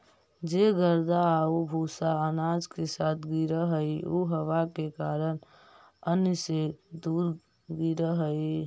जे गर्दा आउ भूसा अनाज के साथ गिरऽ हइ उ हवा के कारण अन्न से दूर गिरऽ हइ